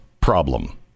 problem